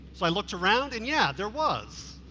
so i looked around and yeah there was.